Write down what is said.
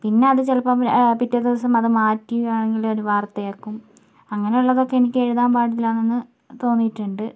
പിന്നെ അത് ചിലപ്പം പിറ്റേദിവസം അത് മാറ്റി വേണമെങ്കിൽ ഒരു വാർത്തയാക്കും അങ്ങനെയുള്ളതൊക്കെ എനിക്ക് എഴുതാൻ പാടില്ല എന്ന് തോന്നിയിട്ടുണ്ട്